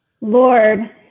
lord